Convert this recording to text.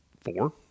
Four